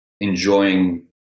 enjoying